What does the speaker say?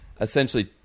essentially